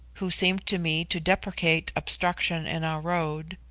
who seemed to me to deprecate obstruction in our road,